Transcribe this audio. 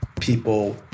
people